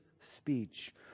speech